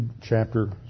chapter